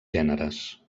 gèneres